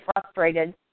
frustrated